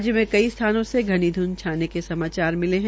राज्य में कड्र स्थानों पर घनी ध्ंध होने के समाचार मिले है